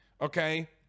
okay